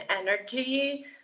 energy